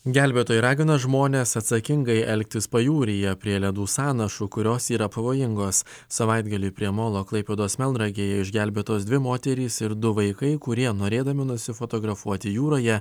gelbėtojai ragina žmones atsakingai elgtis pajūryje prie ledų sąnašų kurios yra pavojingos savaitgalį prie molo klaipėdos melnragėje išgelbėtos dvi moterys ir du vaikai kurie norėdami nusifotografuoti jūroje